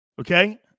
Okay